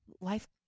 life